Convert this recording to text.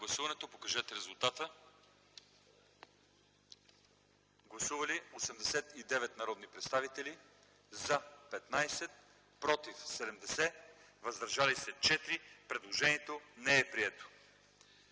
Гласували 89 народни представители: за 15, против 70, въздържали се 4. Предложението не е прието.